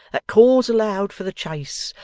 that calls aloud for the chase,